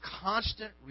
constant